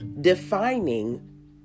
defining